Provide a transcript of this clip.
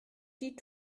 die